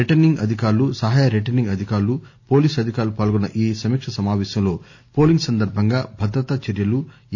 returning అధికారులు సహాయ returning అధికారులు పోలీసు అధికారులు పాల్గొన్న ఈ సమాపేశంలో పోలింగ్ సందర్బంగా భద్రతా చర్యలు ఈ